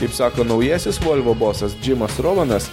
kaip sako naujasis volvo bosas džimas rovanas